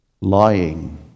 lying